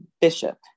Bishop